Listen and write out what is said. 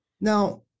Now